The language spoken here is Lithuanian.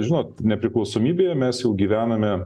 žinot nepriklausomybėje mes jau gyvename